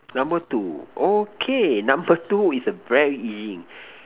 number two okay number two is a very easy